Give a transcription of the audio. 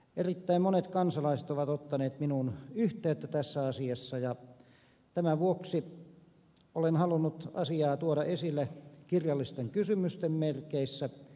erittäin monet kansalaiset ovat ottaneet minuun yhteyttä tässä asiassa ja tämän vuoksi olen halunnut asiaa tuoda esille kirjallisten kysymysten merkeissä